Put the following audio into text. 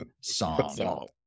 song